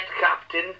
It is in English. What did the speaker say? Captain